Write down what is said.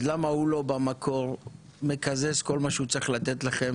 אז למה הוא לא במקור מקזז כל מה שהוא צריך לתת לכם